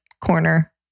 corner